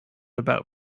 about